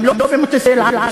גם לא במטוסי "אל על".